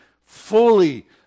fully